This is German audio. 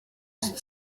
ist